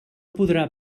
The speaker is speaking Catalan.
podrà